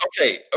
Okay